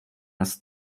has